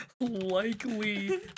likely